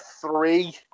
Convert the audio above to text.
three